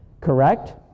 correct